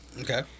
Okay